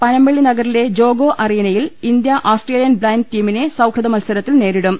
പനമ്പിള്ളി നഗറിലെ ജോഗോ അറീനയിൽ India Australian blind ടീമിനെ സൌഹൃദ മത്സ രത്തിൽ നേരിടും